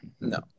No